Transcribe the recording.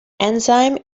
enzyme